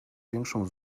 większą